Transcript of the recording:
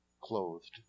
clothed